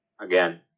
Again